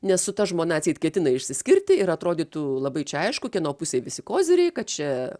nes su ta žmona atseit ketina išsiskirti ir atrodytų labai čia aišku kieno pusėj visi koziriai kad čia